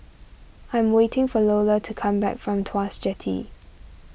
I'm waiting for Lola to come back from Tuas Jetty